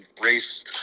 race